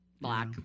black